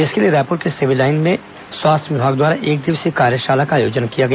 इसके लिए रायपुर के सिविल लाइन में स्वास्थ्य विभाग द्वारा एकदिवसीय कार्यशाला का आयोजन किया गया